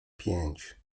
pięć